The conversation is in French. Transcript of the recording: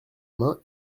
main